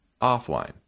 offline